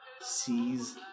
sees